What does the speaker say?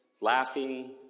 laughing